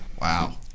wow